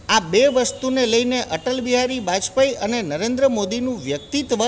આ બે વસ્તુને લઈને અટલ બિહારી બાજપાઈ અને નરેન્દ્ર મોદીનું વ્યક્તિત્વ